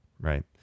right